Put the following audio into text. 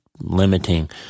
limiting